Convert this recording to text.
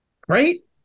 Great